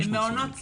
הם מעונות סמל.